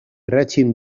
règim